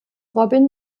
robin